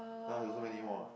!huh! got so many more ah